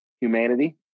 humanity